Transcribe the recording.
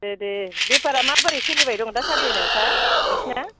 दे दे बेफारा माबोरै सोलिबाय दं दासान्दि नोंस्रा नोंसिना